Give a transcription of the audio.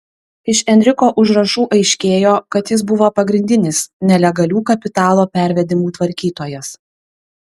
iš enriko užrašų aiškėjo kad jis buvo pagrindinis nelegalių kapitalo pervedimų tvarkytojas